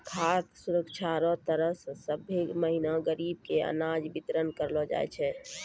खाद सुरक्षा रो तहत सभ्भे महीना गरीब के अनाज बितरन करलो जाय छै